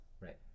Right